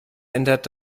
ändert